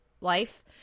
life